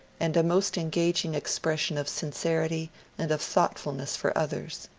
and a most engaging expression of sincerity and of thoughtfulness for others.